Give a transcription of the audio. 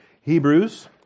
Hebrews